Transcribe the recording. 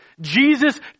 Jesus